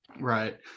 Right